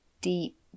deep